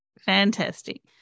Fantastic